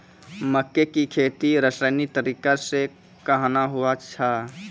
मक्के की खेती रसायनिक तरीका से कहना हुआ छ?